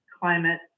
climate